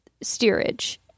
steerage